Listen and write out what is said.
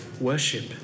worship